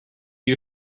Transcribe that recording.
you